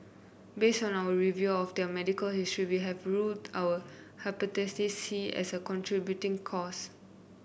based on our review of their medical histories we have ruled out Hepatitis C as a contributing cause